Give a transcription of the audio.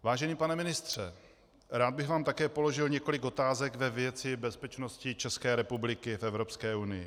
Vážený pane ministře, rád bych vám také položil několik otázek ve věci bezpečnosti České republiky v Evropské unii.